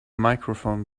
microphone